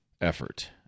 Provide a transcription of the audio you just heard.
effort